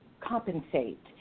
compensate